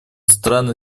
страны